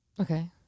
Okay